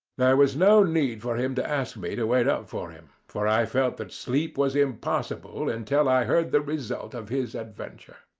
there was no need for him to ask me to wait up for him, for i felt that sleep was impossible until i heard the result of his adventure.